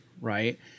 right